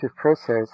process